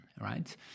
right